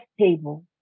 table